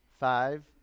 Five